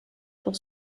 pour